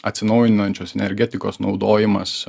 atsinaujinančios energetikos naudojimas